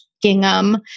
gingham